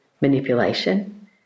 manipulation